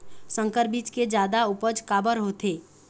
संकर बीज के जादा उपज काबर होथे?